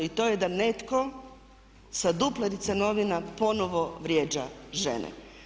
I to je da netko sa duplerice novina ponovno vrijeđa žene.